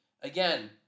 Again